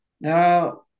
Now